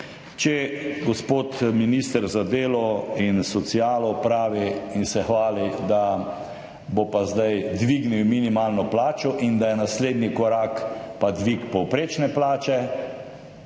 Če gospod minister za delo in socialo pravi in se hvali, da bo pa zdaj dvignil minimalno plačo in da je pa naslednji korak dvig povprečne plače